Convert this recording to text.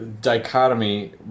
dichotomy